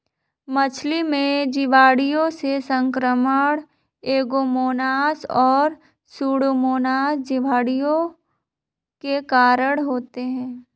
मछली में जीवाणुओं से संक्रमण ऐरोमोनास और सुडोमोनास जीवाणु के कारण होते हैं